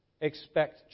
Expect